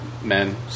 men